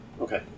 Okay